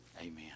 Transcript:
Amen